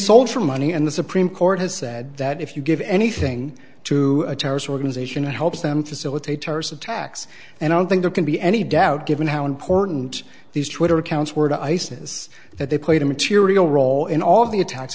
sold for money and the supreme court has said that if you give anything to a terrorist organization it helps them to sell it a terrorist attacks and i don't think that can be any doubt given how important these twitter accounts were to isis that they played a material role in all the attacks